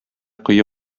кое